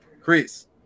Chris